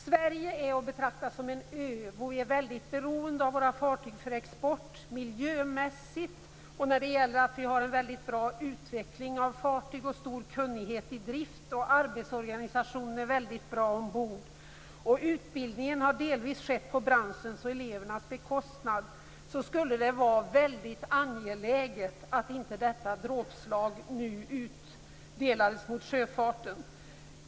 Sverige är att betrakta som en ö, och vi är väldigt beroende av våra fartyg för export och miljömässigt. Vi har en mycket bra fartygsutveckling, stor driftkunnighet och väldigt god arbetsorganisation ombord. Utbildningen har delvis genomförts på branschens och elevernas bekostnad. Det vore väldigt angeläget att detta dråpslag nu inte utdelades mot sjöfarten.